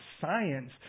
science